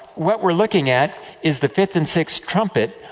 what we are looking at is the fifth and sixth trumpet,